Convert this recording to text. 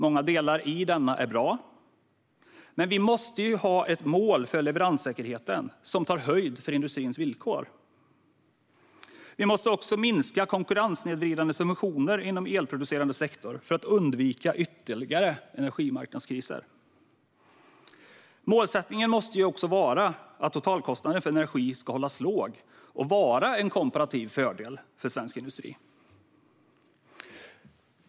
Många delar i denna är bra, men vi måste ha ett mål för leveranssäkerheten som tar höjd för industrins villkor. Vi måste också minska konkurrenssnedvridande subventioner inom elproducerande sektor för att undvika ytterligare energimarknadskriser. Målsättningen måste också vara att totalkostnaden för energi ska hållas låg och vara en komparativ fördel för svensk industri.